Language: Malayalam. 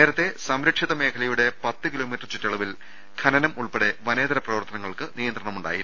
നേരത്തെ സംരക്ഷിത മേഖലയുടെ പത്ത് കിലോമീറ്റർ ചുറ്റളവിൽ ഖനന മുൾപ്പെടെ വനേതര പ്രവർത്തനങ്ങൾക്ക് നിയന്ത്രണം ഉണ്ടായിരുന്നു